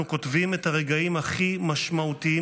אנחנו כותבים את הרגעים הכי משמעותיים